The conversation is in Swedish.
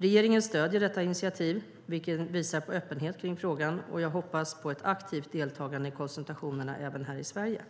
Regeringen stöder detta initiativ, vilket visar på öppenhet kring frågan, och jag hoppas på ett aktivt deltagande i konsultationerna även här i Sverige.